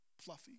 Fluffy